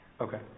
okay